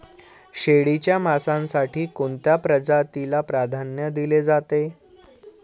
शेळीच्या मांसासाठी कोणत्या जातीला प्राधान्य दिले जाते?